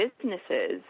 businesses